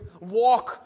walk